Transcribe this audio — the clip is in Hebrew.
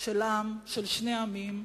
של העם, של שני העמים,